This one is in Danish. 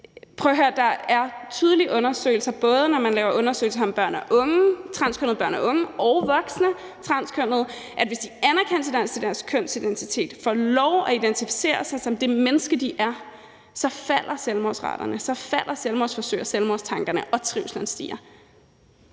Der er undersøgelser, både af transkønnede børn og unge og transkønnede voksne, der tydeligt viser, at hvis de anerkendes i deres kønsidentitet, får lov at identificere sig med det menneske, de er, så falder selvmordsraterne, så falder raten for selvmordsforsøg og selvmordstanker, og trivslen stiger.